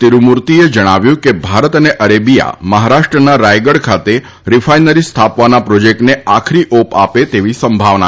તિરૂમૂર્તિએ જણાવ્યું છે કે ભારત અને અરેબીયા મહારાષ્ટ્રના રાયગડ ખાતે રિફાઈનરી સ્થાપવાના પ્રોજેક્ટને આખરી ઓપ આપે તેવી સંભાવના છે